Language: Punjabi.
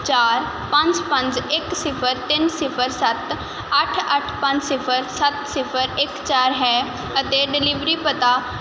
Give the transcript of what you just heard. ਚਾਰ ਪੰਜ ਪੰਜ ਇੱਕ ਸਿਫਰ ਤਿੰਨ ਸਿਫਰ ਸੱਤ ਅੱਠ ਅੱਠ ਪੰਜ ਸਿਫਰ ਸੱਤ ਸਿਫਰ ਇੱਕ ਚਾਰ ਹੈ ਅਤੇ ਡਲੀਵਰੀ ਪਤਾ